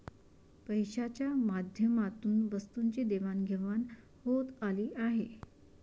पैशाच्या माध्यमातून वस्तूंची देवाणघेवाण होत आली आहे